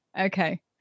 Okay